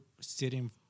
sitting